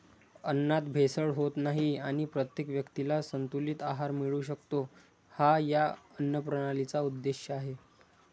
अन्नात भेसळ होत नाही आणि प्रत्येक व्यक्तीला संतुलित आहार मिळू शकतो, हा या अन्नप्रणालीचा उद्देश आहे